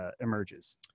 emerges